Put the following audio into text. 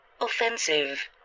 offensive